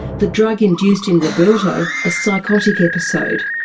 the drug induced in roberto a psychotic episode.